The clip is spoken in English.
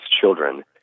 children